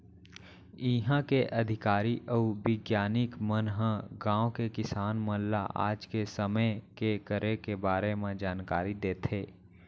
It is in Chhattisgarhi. इहॉं के अधिकारी अउ बिग्यानिक मन ह गॉंव के किसान मन ल आज के समे के करे के बारे म जानकारी देथे